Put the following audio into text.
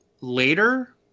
later